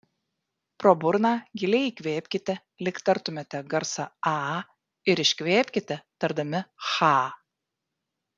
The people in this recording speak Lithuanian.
pro burną giliai įkvėpkite lyg tartumėte garsą a ir iškvėpkite tardami cha